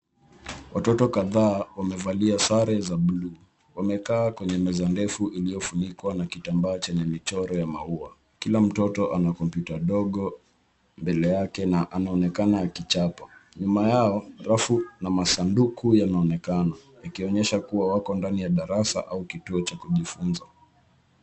Watoto kadhaa wamevalia sare za buluu, wamekaa kwenye meza ndefu iliyofunikwa na kitamba chenye michoro ya maua. Kila mtoto ana kompyuta dogo mbele yake na anaonekana akichapa. Nyuma yao, rafu na masanduku yanaonekana ikionyesha kuwa wako ndani ya darasa au kituo cha kujifunza.